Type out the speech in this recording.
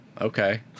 okay